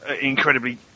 incredibly